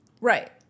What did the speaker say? right